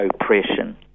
oppression